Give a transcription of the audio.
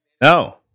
No